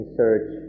search